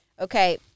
Okay